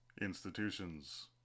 Institutions